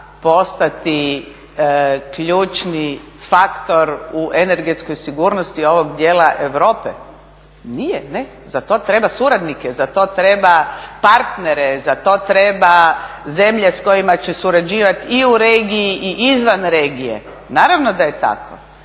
postati ključni faktor u energetskoj sigurnosti ovog dijela Europe? Nije, ne, za to treba suradnike, za to treba partnere, za to treba zemlje s kojima će surađivati i u regiji i izvan regije, naravno da je tako.